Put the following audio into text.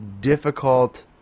difficult